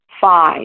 Five